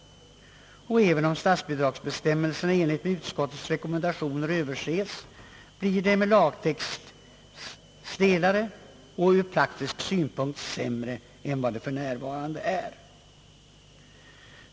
även om statsbidragsbestämmelserna i enlighet med utskottets rekommendationer överses, blir det stelare med lagtext och ur praktisk synpunkt sämre än det f. n. är.